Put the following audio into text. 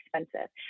expensive